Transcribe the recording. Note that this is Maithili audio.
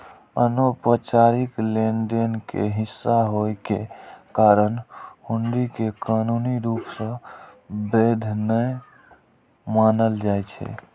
अनौपचारिक लेनदेन के हिस्सा होइ के कारण हुंडी कें कानूनी रूप सं वैध नै मानल जाइ छै